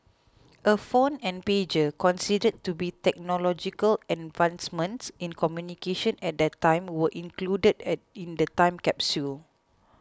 a phone and pager considered to be technological advancements in communication at that time were included at the in the time capsule